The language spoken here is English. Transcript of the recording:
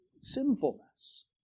sinfulness